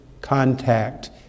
contact